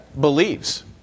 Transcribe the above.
believes